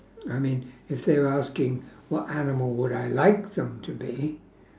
I mean if they're asking what animal would I like them to be